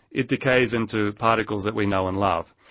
it decays into particles that we know and love.